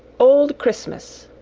old christmas.